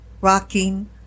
rocking